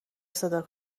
صدا